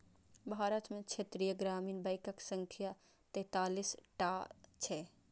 भारत मे क्षेत्रीय ग्रामीण बैंकक संख्या तैंतालीस टा छै